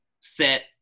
set